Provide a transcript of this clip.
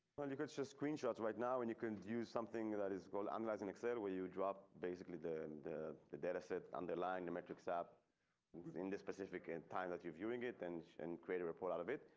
well, you could just so screenshots right now and you can use something that is called analyzing excel where you drop. basically, the the the data set underline the metrics app within the specific in time that you're viewing it and and create a report out of it.